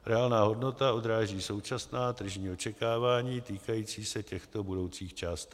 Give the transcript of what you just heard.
Reálná hodnota odráží současná tržní očekávání týkající se těchto budoucích částek.